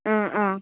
ꯑꯥ ꯑꯥ